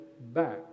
back